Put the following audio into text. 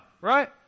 right